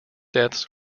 deaths